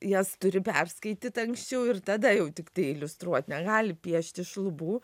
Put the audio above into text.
jas turi perskaityt anksčiau ir tada jau tiktai iliustruot negali piešti šlubų